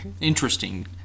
interesting